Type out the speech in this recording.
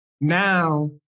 Now